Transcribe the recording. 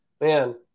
man